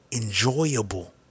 enjoyable